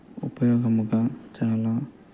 ఉపయోగముగా చాలా